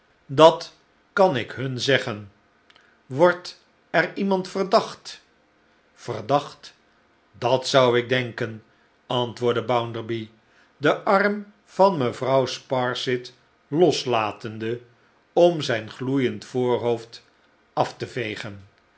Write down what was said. dat kan ik nun zeggen wordt er niemand verdacht verdacht dat zou ikdenken antwoordde bounderby den arm van mevrouw sparsit loslatende om zijn gloeiend voorhoofdaf te vegen